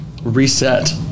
reset